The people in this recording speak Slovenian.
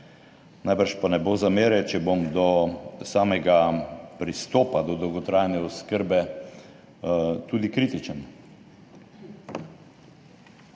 Najbrž pa ne bo zamere, če bom do samega pristopa do dolgotrajne oskrbe tudi kritičen.